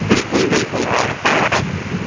बिल्कुलु बिल्कुलु हा तव्हां